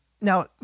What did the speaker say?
Now